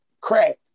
crack